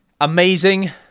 amazing